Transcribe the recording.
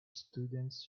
students